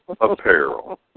apparel